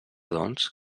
doncs